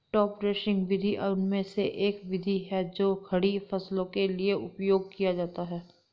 top dressing विधि उनमें से एक विधि है जो खड़ी फसलों के लिए उपयोग किया जाता है